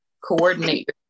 coordinate